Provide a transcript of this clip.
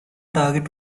target